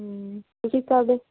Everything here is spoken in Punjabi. ਤੁਸੀਂ ਕੀ ਕਰਦੇ